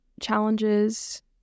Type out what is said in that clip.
challenges